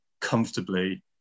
comfortably